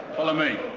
follow me.